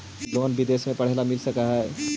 Loan विदेश में पढ़ेला मिल सक हइ?